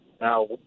Now